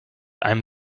einem